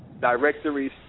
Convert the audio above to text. directories